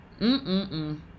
Mm-mm-mm